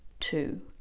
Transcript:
Two